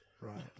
Right